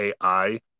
ai